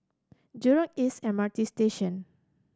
Jurong East M R T Station